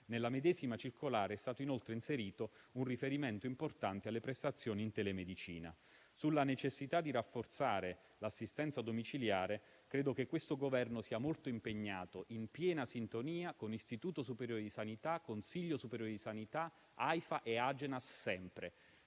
Nella medesima circolare è stato inoltre inserito un riferimento importante alle prestazioni in telemedicina. Sulla necessità di rafforzare l'assistenza domiciliare, credo che questo Governo sia sempre molto impegnato, in piena sintonia con l'Istituto superiore di sanità, il Consiglio superiore di sanità, Aifa e Agenas.